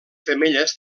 femelles